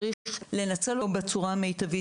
לנצל אותו בצורה המיטבית.